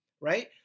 right